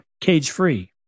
cage-free